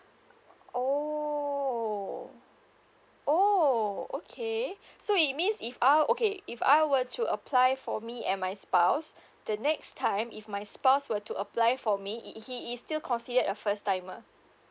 oh oh okay so it means if I'll okay if I were to apply for me and my spouse the next time if my spouse were to apply for me he is still considered a first timer